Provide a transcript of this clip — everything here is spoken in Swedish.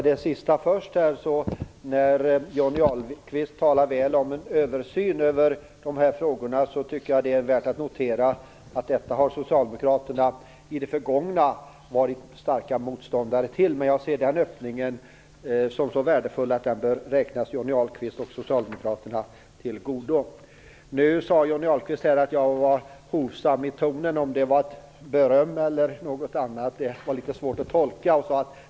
Fru talman! För att ta det sista först: Johnny Ahlqvist talar väl om en översyn av dessa frågor. Jag tycker att det är värt att notera att socialdemokraterna i det förgångna har varit starka motståndare till det. Jag ser den öppningen som så värdefull att den bör räknas Johnny Ahlqvist och socialdemokraterna till godo. Johnny Ahlqvist sade att jag var hovsam i tonen. Om det var ett beröm eller något annat var litet svårt att uttolka.